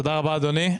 תודה רבה אדוני.